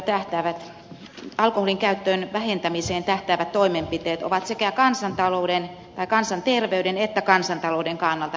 kaikki alkoholinkäytön vähentämiseen tähtäävät toimenpiteet ovat sekä kansanterveyden että kansantalouden kannalta suositeltavia